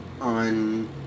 On